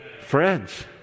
Friends